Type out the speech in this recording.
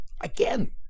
Again